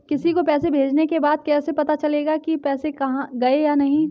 किसी को पैसे भेजने के बाद कैसे पता चलेगा कि पैसे गए या नहीं?